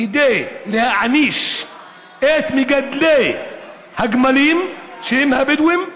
כדי להעניש את מגדלי הגמלים, שהם הבדואים,